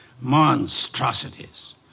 Monstrosities